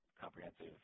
comprehensive